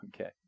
Okay